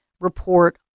report